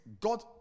God